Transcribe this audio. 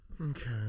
okay